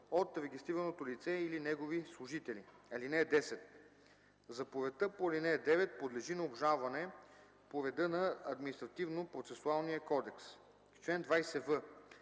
от регистрираното лице или негови служители. (10) Заповедта по ал. 9 подлежи на обжалване по реда на Административнопроцесуалния кодекс. Чл. 20в.